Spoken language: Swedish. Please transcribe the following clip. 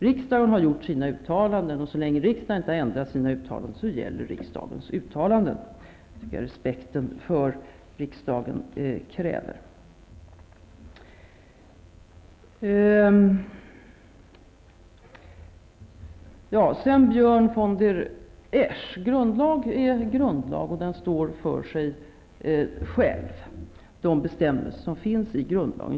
Riksdagen har gjort sina uttalanden, och så länge riksdagen inte har ändrat sina uttalanden så gäller dessa. Det tycker jag att respekten för riksdagen kräver. Så till Björn von der Esch: Grundlag är grundlag, och de bestämmelser som finns i grundlagen står för sig själva.